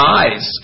eyes